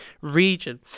region